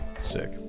Sick